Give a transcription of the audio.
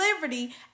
liberty